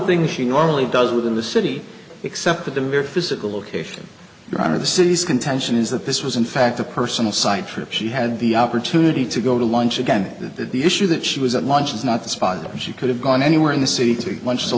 things she normally does within the city except at the mere physical location you're under the city's contention is that this was in fact a personal side trip she had the opportunity to go to lunch again that the issue that she was at lunch was not the spot she could have gone anywhere in the city